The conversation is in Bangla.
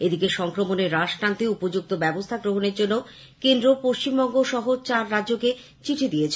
এদিকে সংক্রমণে রাশ টানতে উপযুক্ত ব্যবস্থা গ্রহণের জন্য কেন্দ্র পশ্চিমবঙ্গ সহ চার রাজ্যকে চিঠি দিয়েছে